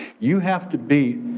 you have to be